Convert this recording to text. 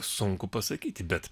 sunku pasakyti bet